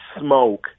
smoke